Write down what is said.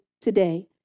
today